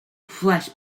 flesh